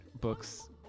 books